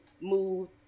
move